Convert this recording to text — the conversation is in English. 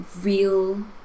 real